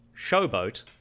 Showboat